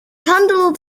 handled